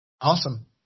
Awesome